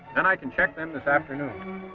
and i can check them this afternoon.